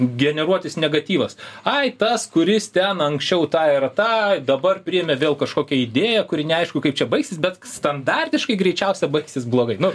generuoti negatyvas ai tas kuris ten anksčiau tą ir tą dabar priėmė vėl kažkokią idėją kuri neaišku kaip čia baigsis bet standartiškai greičiausia baigsis blogai nu